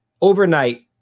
overnight